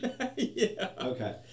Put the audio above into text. Okay